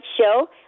show